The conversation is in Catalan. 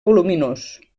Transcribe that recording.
voluminós